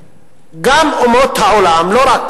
גם אומות העולם, לא רק